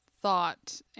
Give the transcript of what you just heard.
thought